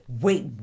wait